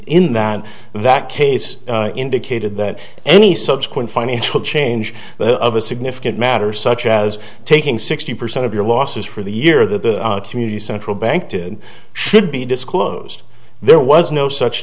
in that that case indicated that any subsequent financial change the of a significant matter such as taking sixty percent of your losses for the year that the community central bank did should be disclosed there was no such